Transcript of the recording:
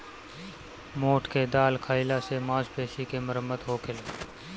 मोठ के दाल खाईला से मांसपेशी के मरम्मत होखेला